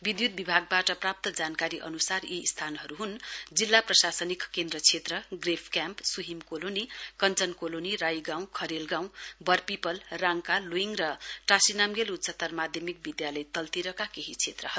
विद्युत विभागबाट प्राप्त जानकारी अनुसार यी स्थानहरू हुन् जिल्ला प्रशासनिक केन्द्र क्षेत्र प्रेफ camp Suhim colony Kanchan colony Rai गाउँ खरेल गाउँ बरपीपल राङ्का लुइङ र टाशी नाम्गेल उच्चत्तर माध्यमिक विद्यालय तल्तिरका केही क्षेत्रहरू